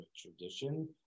tradition